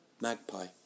magpie